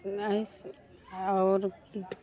यही आओर